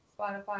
Spotify